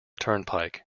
turnpike